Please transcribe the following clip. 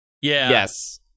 Yes